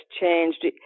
changed